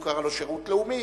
הוא קרא לו "שירות לאומי",